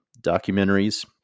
documentaries